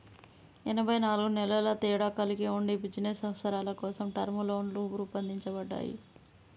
ఎనబై నాలుగు నెలల తేడా కలిగి ఉండి బిజినస్ అవసరాల కోసం టర్మ్ లోన్లు రూపొందించబడ్డాయి